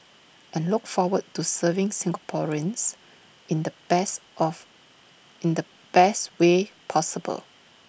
and look forward to serving Singaporeans in the best of in the best way possible